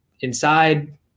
inside